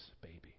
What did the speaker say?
baby